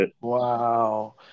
Wow